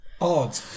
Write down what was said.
odd